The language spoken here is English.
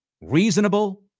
Reasonable